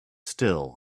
still